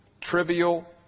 trivial